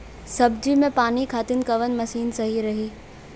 सब्जी में पानी खातिन कवन मशीन सही रही?